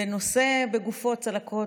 ונושא בגופו צלקות,